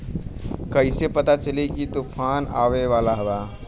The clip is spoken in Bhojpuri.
कइसे पता चली की तूफान आवा वाला बा?